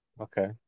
okay